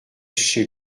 chez